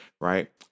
right